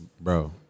bro